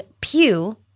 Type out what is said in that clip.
Pew